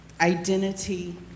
identity